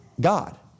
God